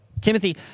Timothy